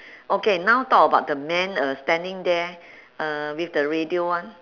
okay now talk about the man uh standing there uh with the radio [one]